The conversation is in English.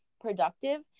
productive